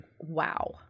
Wow